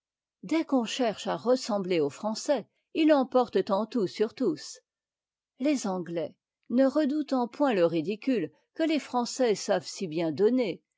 dès qu'on cherche à ressembler aux français ils t'emportent en tout sur tous les anglais ne redoutant point le ridicule que les français savent si bien donner